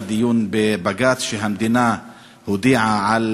היה דיון בבג"ץ שבו המדינה הודיעה על